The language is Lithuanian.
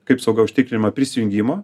kaip sauga užtikrina prisijungimą